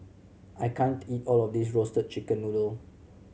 I can't eat all of this Roasted Chicken Noodle